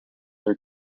are